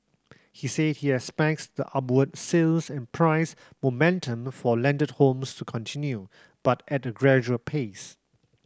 he said he expects the upward sales and price momentum for landed homes to continue but at a gradual pace